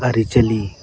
ᱟᱹᱨᱤᱪᱟᱹᱞᱤ